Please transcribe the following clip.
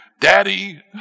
Daddy